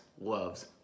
loves